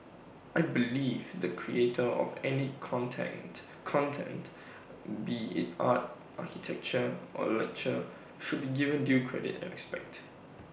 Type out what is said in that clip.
I believe the creator of any content content be IT art architecture or literature should be given due credit and respect